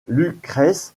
lucrèce